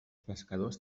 pescadors